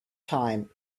time